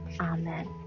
Amen